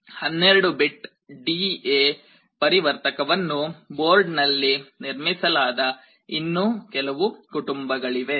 12 bit D A ಪರಿವರ್ತಕವನ್ನು ಬೋರ್ಡ್ನಲ್ಲಿ ನಿರ್ಮಿಸಲಾದ ಇನ್ನೂ ಕೆಲವು ಕುಟುಂಬಗಳಿವೆ